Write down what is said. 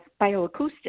bioacoustics